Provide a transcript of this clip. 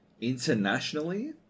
internationally